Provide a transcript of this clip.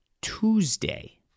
Tuesday